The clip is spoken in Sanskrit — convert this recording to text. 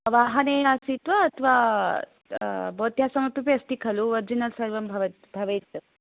वाहने आसीत् वा अथवा भवत्याः समीपेपि अस्ति खलु ओरिजिनल्स् सर्वं भवत् भवेत्